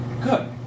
Good